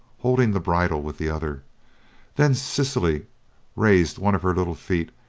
holding the bridle with the other then cicely raised one of her little feet,